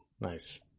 Nice